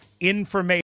information